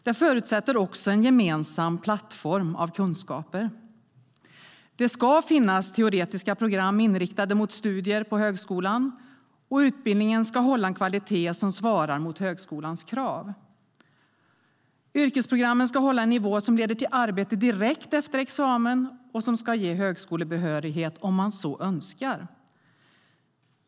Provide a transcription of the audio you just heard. Det förutsätter också en gemensam plattform av kunskaper. Det ska finnas teoretiska program inriktade mot studier på högskolan, och utbildningen ska hålla en kvalitet som svarar mot högskolans krav. Yrkesprogrammen ska hålla en nivå som leder till arbete direkt efter examen och som ger högskolebehörighet om man så önskar.